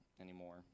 anymore